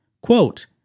Quote